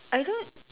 I don't